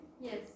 Yes